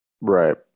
Right